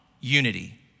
unity